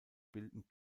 bilden